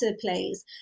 please